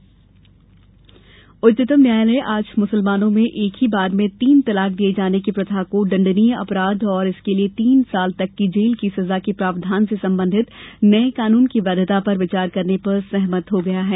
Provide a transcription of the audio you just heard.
सुको तीन तलाक उच्च्तम न्यायालय आज मुसलमानों में एक ही बार में तीन तलाक दिए जाने की प्रथा को दंडनीय अपराध और इसके लिए तीन वर्ष तक की जेल की सजा के प्रावधान से संबंधित नये कानून की वैधता पर विचार करने पर सहमत हो गया है